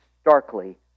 starkly